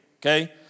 okay